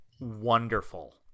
wonderful